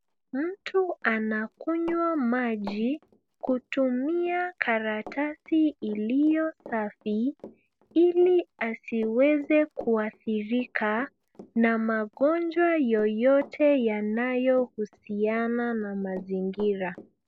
Mtu anakunywa maji kutumia karatasi iliyo safi ili asiweze kuadhirika na magonjwa yoyote yanayohusiana na mazingira.